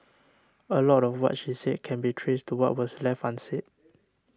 a lot of what she said can be traced to what was left unsaid